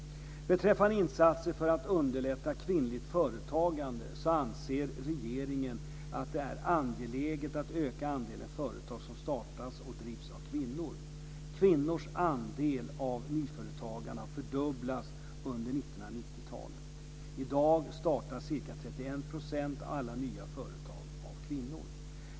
Beträffande insatser för att underlätta kvinnligt företagande så anser regeringen att det är angeläget att öka andelen företag som startas och drivs av kvinnor. Kvinnors andel av nyföretagandet har fördubblats under 1990-talet. I dag startas ca 31 % av alla nya företag av kvinnor.